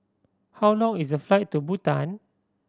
how long is the flight to Bhutan